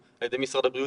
הראש,